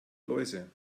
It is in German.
läuse